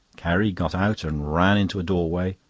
carrie got out and ran into a doorway,